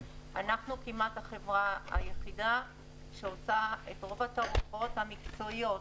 אנחנו החברה היחידה כמעט שעושה את רוב התערוכות המקצועיות,